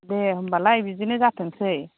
दे होम्बालाय बिदिनो जाथोंसै